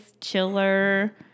chiller